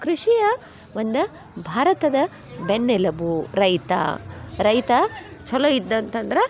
ಕೃಷಿಯ ಒಂದು ಭಾರತದ ಬೆನ್ನೆಲುಬು ರೈತ ರೈತ ಚಲೋ ಇದ್ದಂತಂದ್ರೆ